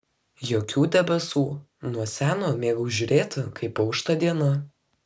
jokių debesų nuo seno mėgau žiūrėti kaip aušta diena